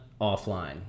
offline